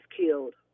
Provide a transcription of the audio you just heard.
killed